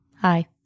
Hi